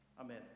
amen